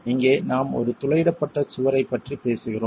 இங்கே நாம் ஒரு துளையிடப்பட்ட சுவரைப் பற்றி பேசுகிறோம்